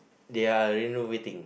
they are renovating